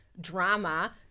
drama